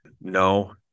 No